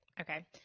Okay